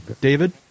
David